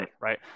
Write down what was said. Right